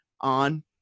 on